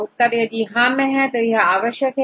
उत्तर हां में है क्योंकि यह आवश्यक होता है